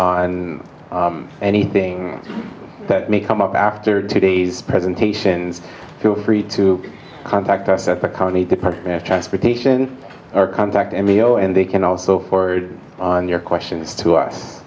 on anything that may come up after today's presentations feel free to contact us at the county department of transportation our contact m e o and they can also forward your questions to us